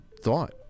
thought